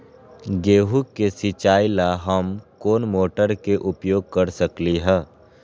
गेंहू के सिचाई ला हम कोंन मोटर के उपयोग कर सकली ह?